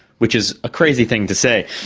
which is a crazy thing to say.